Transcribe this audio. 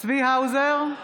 צבי האוזר,